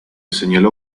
señaló